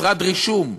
משרד רישום,